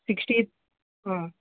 sixty